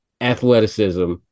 athleticism